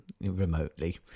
remotely